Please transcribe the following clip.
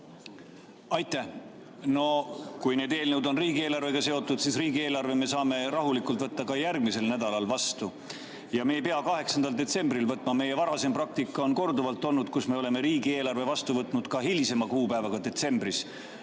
Aitäh! Kui need eelnõud on riigieelarvega seotud, siis riigieelarve me saame rahulikult võtta ka järgmisel nädalal vastu. Me ei pea seda tegema 8. detsembril. Meie varasem praktika on korduvalt olnud selline, et me oleme riigieelarve vastu võtnud ka hilisemal kuupäeval detsembris